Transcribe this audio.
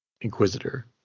Inquisitor